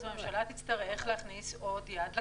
הממשלה תצטרך להכניס עוד יד לכיס.